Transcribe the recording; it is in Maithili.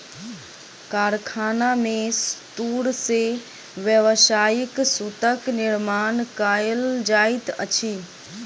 कारखाना में तूर से व्यावसायिक सूतक निर्माण कयल जाइत अछि